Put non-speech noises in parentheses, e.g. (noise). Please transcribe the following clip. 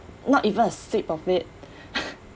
not even a sip of it (laughs)